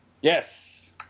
Yes